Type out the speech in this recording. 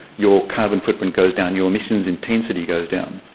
your carbon footprint goes down, your emissions intensity goes down.